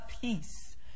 peace